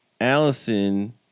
Allison